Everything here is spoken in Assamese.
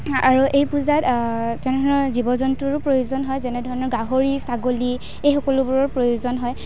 আৰু এই পূজাত তেনেধৰণৰ জীৱ জন্তুৰো প্ৰয়োজন হয় যেনেধৰণৰ গাহৰি ছাগলী এই সকলোবোৰৰ প্ৰয়োজন হয়